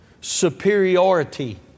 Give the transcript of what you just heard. superiority